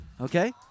Okay